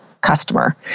customer